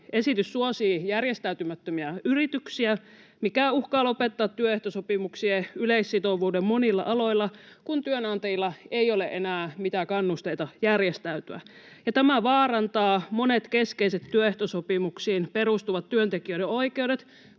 Esitys suosii järjestäytymättömiä yrityksiä, mikä uhkaa lopettaa työehtosopimuksien yleissitovuuden monilla aloilla, kun työnantajilla ei ole enää mitään kannusteita järjestäytyä. Tämä vaarantaa monet keskeiset työehtosopimuksiin perustuvat työntekijöiden oikeudet,